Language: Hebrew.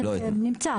נמצא.